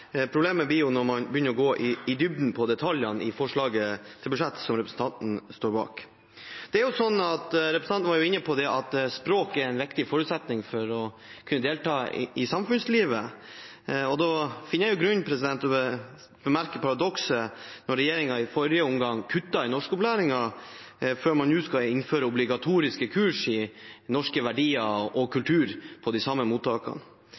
Representanten Thommessen var inne på at språk er en viktig forutsetning for å kunne delta i samfunnslivet. Da finner jeg grunn til å bemerke paradokset med at regjeringen i forrige omgang kuttet i norskopplæringen, og at man nå skal innføre obligatoriske kurs i norske verdier og kultur på de samme mottakene.